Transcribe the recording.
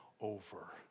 over